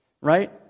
right